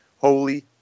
Holy